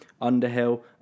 underhill